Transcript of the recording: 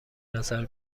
نظر